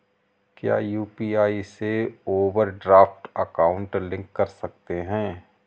क्या यू.पी.आई से overdraft account link कर सकते हैं?